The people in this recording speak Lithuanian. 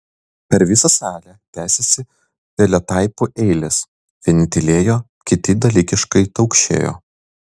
per visą salę tęsėsi teletaipų eilės vieni tylėjo kiti dalykiškai taukšėjo